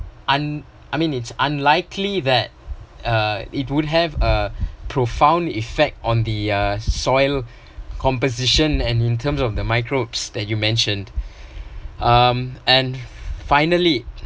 un~ I mean it's unlikely that uh it will have a profound effect on the uh soil composition and in terms of the microbes that you mentioned um and finally